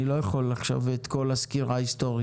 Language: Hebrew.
אני לא יכול עכשיו לשמוע את כל הסקירה ההיסטורית.